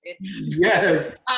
Yes